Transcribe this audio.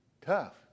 Tough